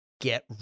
get